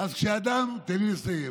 תן לי לסיים.